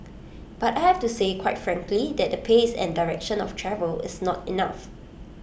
but I have to say quite frankly that the pace and direction of travel is not enough